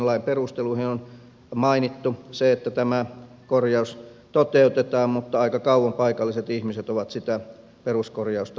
lain perusteluissa on mainittu se että tämä korjaus toteutetaan mutta aika kauan paikalliset ihmiset ovat sitä peruskorjausta odottaneet